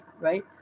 right